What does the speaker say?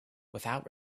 without